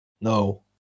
No